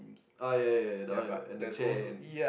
uh ya ya ya that one I know and the chair and